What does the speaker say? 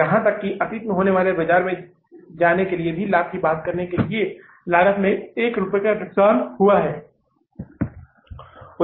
यहां तक कि अतीत में होने वाले बाजार में जाने के लिए लाभ की बात करने के लिए लागत में 1 रुपये का नुकसान हुआ है